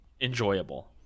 enjoyable